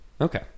Okay